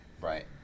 Right